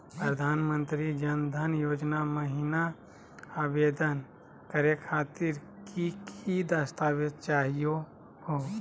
प्रधानमंत्री जन धन योजना महिना आवेदन करे खातीर कि कि दस्तावेज चाहीयो हो?